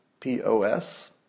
P-O-S